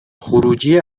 خروجی